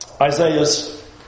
Isaiah's